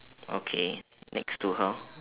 okay next to her